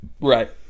Right